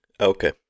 Okay